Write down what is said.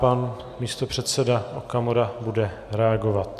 Pan místopředseda Okamura bude reagovat.